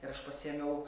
ir aš pasiėmiau